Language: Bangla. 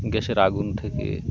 গ্যাসের আগুন থেকে